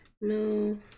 No